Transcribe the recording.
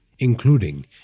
including